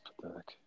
pathetic